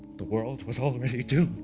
the world was already doomed